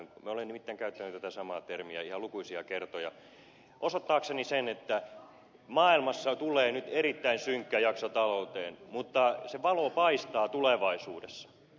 minä nimittäin olen käyttänyt tätä samaa termiä ihan lukuisia kertoja osoittaakseni sen että maailmassa tulee nyt erittäin synkkä jakso talouteen mutta se valo paistaa tulevaisuudessa